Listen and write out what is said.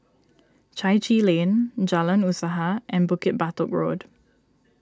Chai Chee Lane Jalan Usaha and Bukit Batok Road